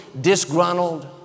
disgruntled